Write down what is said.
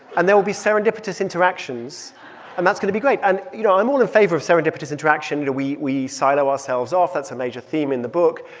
and there will be serendipitous interactions and that's going to be great. and, you know, i'm all in favor of serendipitous interaction. we we silo ourselves off, that's a major theme in the book.